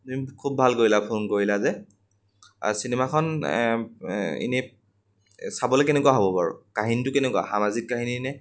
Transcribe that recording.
তুমি খুব ভাল কৰিলা ফোন কৰিলা যে চিনেমাখন এনেই চাবলৈ কেনেকুৱা হ'ব বাৰু কাহিনীটো কেনেকুৱা সামাজিক কাহিনীনে